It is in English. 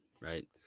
right